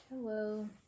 Hello